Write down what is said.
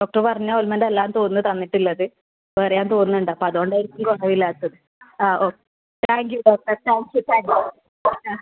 doctor പറഞ്ഞ ointment അല്ലായെന്ന് തോന്നുന്നു തന്നിട്ട് ഉള്ളത് വേറെയാണെന്ന് തോന്നുന്നുണ്ട് അപ്പോൾ അതുകൊണ്ട് ആയിരിക്കും കുറവ് ഇല്ലാത്തത് ആ ഓ thank you doctor thank you thank you ആ